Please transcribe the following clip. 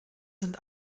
sind